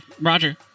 Roger